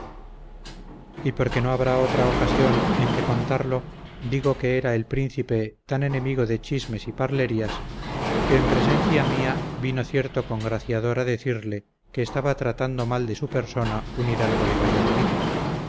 y porque no habrá otra ocasión en que contarlo digo que era príncipe tan enemigo de chismes y parlerías que en presencia mía vino cierto congraciador a decirle que estaba tratando mal de su persona un hidalgo de valladolid